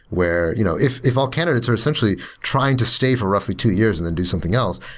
where you know if if all candidates are essentially trying to stay for roughly two years and then do something else,